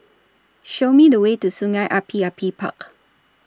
Show Me The Way to Sungei Api Api Park